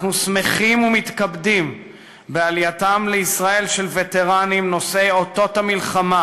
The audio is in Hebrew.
אנחנו שמחים ומתכבדים בעלייתם לישראל של וטרנים נושאי אותות המלחמה